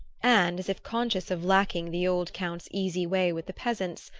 and, as if conscious of lacking the old count's easy way with the peasants,